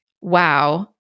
wow